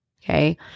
okay